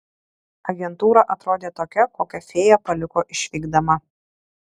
agentūra atrodė tokia kokią fėja paliko išvykdama